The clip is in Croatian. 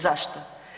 Zašto?